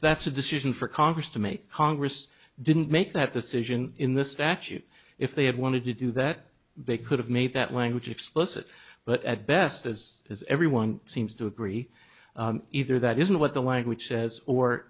that's a decision for congress to make congress didn't make that decision in this statute if they had wanted to do that they could have made that one which explicit but at best as is everyone seems to agree either that isn't what the language says or